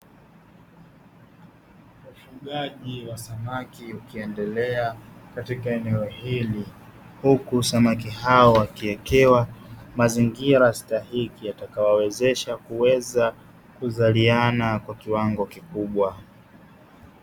Ufugaji wa samaki ukiendelea katika eneo hili, huku samaki hao wakiwekewa mazingira stahiki yatakayowawezesha kuweza kuzaliana kwa kiwango kikubwa.